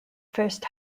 first